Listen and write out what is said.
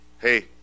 Hey